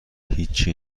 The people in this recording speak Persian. هیچی